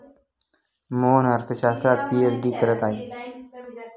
मोहन अर्थशास्त्रात पीएचडी करत आहे